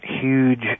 huge